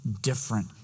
different